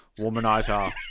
Womanizer